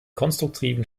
konstruktiven